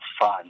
fun